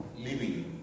living